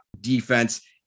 defense